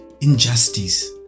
injustice